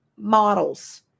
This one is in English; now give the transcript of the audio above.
models